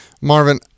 Marvin